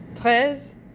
Treize